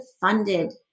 funded